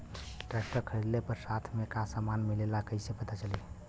Tractor खरीदले पर साथ में का समान मिलेला कईसे पता चली?